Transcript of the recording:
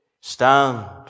stand